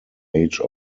age